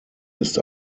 ist